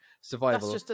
survival